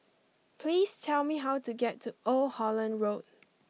please tell me how to get to Old Holland Road